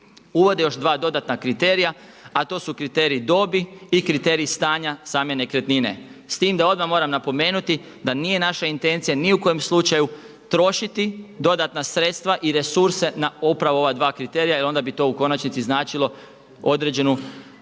uvode još dva dodatna kriterija, a to su kriterij dobi i kriterij stanja same nekretnine. S tim da odmah moram napomenuti, da nije naša intencija ni u kom slučaju trošiti dodatna sredstva i resurse na upravo ova dva kriterija jel onda bi to u konačnici značilo određenu